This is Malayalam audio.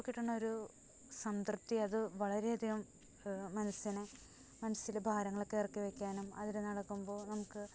അപ്പോൾ കിട്ടുന്ന ഒരു സംതൃപ്തി അത് വളരെയധികം മനസ്സിനെ മനസ്സിലെ ഭാരങ്ങളൊക്കെ ഇറക്കി വയ്ക്കാനും അതിലെ നടക്കുമ്പോൾ നമുക്ക്